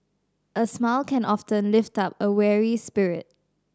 a smile can often lift up a weary spirit